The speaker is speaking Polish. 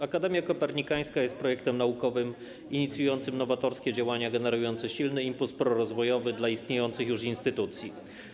Akademia Kopernikańska jest projektem naukowym inicjującym nowatorskie działania generujące silny impuls prorozwojowy dla istniejących już instytucji.